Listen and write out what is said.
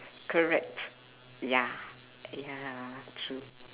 correct ya ya true